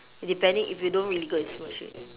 depending if you don't really go and smudge it